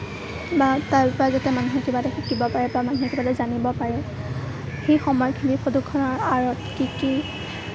বা তাৰ পৰা যাতে মানুহে কিবা এটা শিকিব পাৰে বা মানুহে কিবা এটা জানিব পাৰে সেই সময়খিনিত ফটোখনৰ আঁৰত কি কি